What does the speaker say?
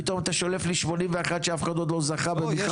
פתאום אתה שולף לי 81 שאף אחד עוד לא זכה במכרז?